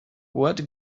what